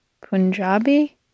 Punjabi